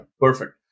perfect